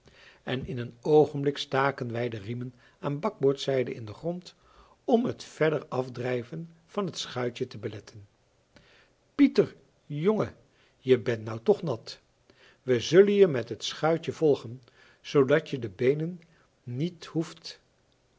en in een oogenblik staken wij de riemen aan bakboordzij in den grond om het verder afdrijven van het schuitje te beletten pieter jongen je bent nou toch nat we zullen je met het schuitje volgen zoodat je de beenen niet hoeft